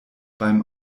beim